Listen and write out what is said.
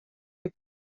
est